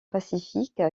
pacifique